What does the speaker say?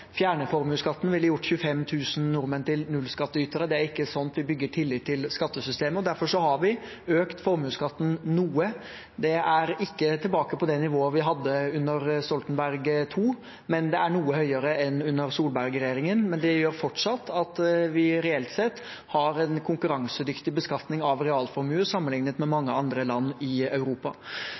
formuesskatten ville gjort 25 000 nordmenn til nullskattytere. Det er ikke slik vi bygger tillit til skattesystemet, og derfor har vi økt formuesskatten noe. Det er ikke tilbake på det nivået vi hadde under Stoltenberg II-regjeringen, men det er noe høyere enn under Solberg-regjeringen. Men det gjør fortsatt at vi reelt sett har en konkurransedyktig beskatning av realformue sammenliknet med mange andre land i Europa.